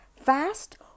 fast